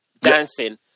dancing